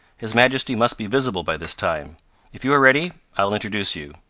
his majesty must be visible by this time if you are ready, i will introduce you